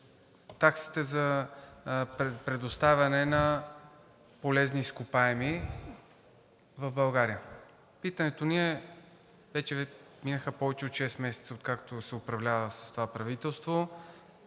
за предоставяне на полезни изкопаеми в България. Питането ми е – вече минаха повече от шест месеца, откакто се управлява с това правителство,